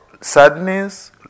sadness